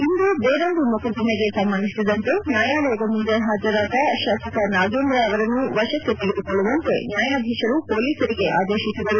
ಇಂದು ಬೇರೊಂದು ಮೊಕದ್ದಮೆಗೆ ಸಂಬಂಧಿಸಿದಂತೆ ನ್ಯಾಯಾಲಯದ ಮುಂದೆ ಹಾಜರಾದ ಶಾಸಕ ನಾಗೇಂದ್ರ ಅವರನ್ನು ವಶಕ್ಕೆ ತೆಗೆದುಕೊಳ್ಳುವಂತೆ ನ್ಯಾಯಾಧೀಶರು ಪೊಲೀಸರಿಗೆ ಆದೇಶಿಸಿದರು